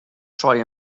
troi